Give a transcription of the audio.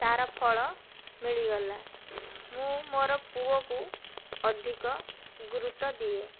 ତା'ର ଫଳ ମିଳିଗଲା ମୁଁ ମୋ'ର ପୁଅକୁ ଅଧିକ ଗୁରୁତ୍ୱ ଦିଏ